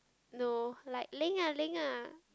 no like Ling Ah-Ling ah